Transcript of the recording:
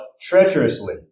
treacherously